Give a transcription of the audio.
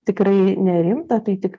tikrai nerimta tai tik